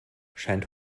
scheint